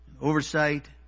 oversight